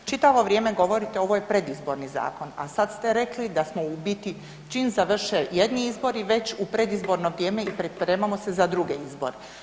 Čitavo vrijeme govorite ovo je predizborni zakon, a sad ste rekli da smo u biti čim završe jedni izbori već u predizborno vrijeme i pripremamo se za druge izbore.